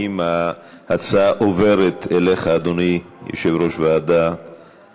ההצעה להעביר את הצעת חוק שירותי רווחה